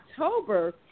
October